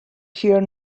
here